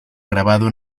grabado